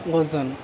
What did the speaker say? ozone